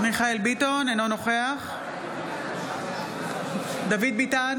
ביטון, אינו נוכח דוד ביטן,